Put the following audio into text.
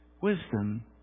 Wisdom